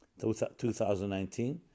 2019